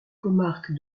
comarque